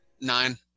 Nine